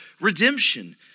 redemption